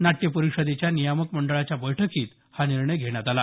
नाट्य परिषदेच्या नियामक मंडळाच्या बैठकीत हा निर्णय घेण्यात आला